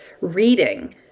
reading